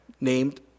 named